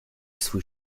swój